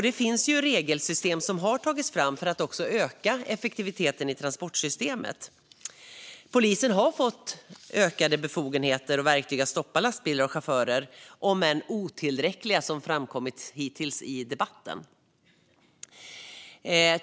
Det finns regelsystem som har tagits fram för att öka effektiviteten i transportsystemet. Polisen har fått ökade befogenheter och verktyg för att stoppa lastbilar och chaufförer - om än otillräckliga, vilket har framkommit i debatten.